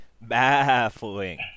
baffling